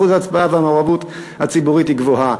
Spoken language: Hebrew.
אחוז ההצבעה והמעורבות הציבורית גבוהים.